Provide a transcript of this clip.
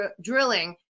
drilling